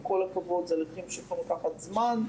עם כל הכבוד, זה הליכים שיכולים לקחת זמן.